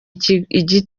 igiti